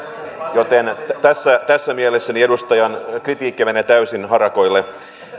joten tässä tässä mielessä edustajan kritiikki menee täysin harakoille